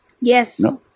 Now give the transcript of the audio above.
Yes